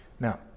Now